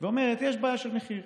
והבעיה היא המחיר.